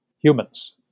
humans